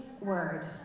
word